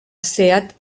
seat